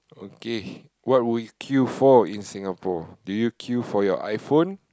okay what would you kill for in Singapore do you kill for your iPhone